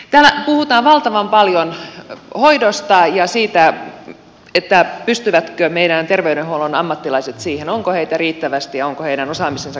täällä puhutaan valtavan paljon hoidosta ja siitä pystyvätkö meidän terveydenhuollon ammattilaiset siihen onko heitä riittävästi ja onko heidän osaamisensa kohdallaan